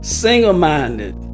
single-minded